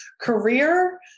career